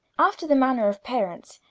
after the manner of parents,